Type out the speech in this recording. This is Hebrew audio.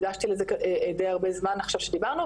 הקדשתי לזה די הרבה זמן עכשיו כשדיברנו,